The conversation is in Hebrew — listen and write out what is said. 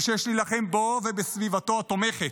ושיש להילחם בו ובסביבתו התומכת.